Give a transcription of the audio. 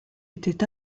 étaient